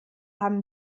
haben